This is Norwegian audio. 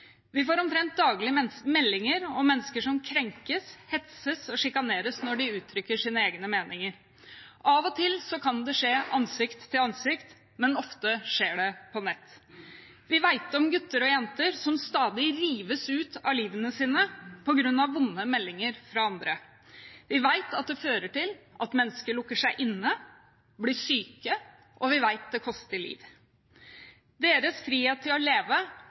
Vi får omtrent daglig meldinger om mennesker som krenkes, hetses og sjikaneres når de uttrykker sine egne meninger. Av og til kan det skje ansikt til ansikt, men ofte skjer det på nett. Vi vet om gutter og jenter som stadig rives ut av livet sitt på grunn av vonde meldinger fra andre. Vi vet at det fører til at mennesker lukker seg inne og blir syke, og vi vet at det koster liv. Deres frihet til å leve